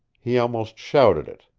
he almost shouted it.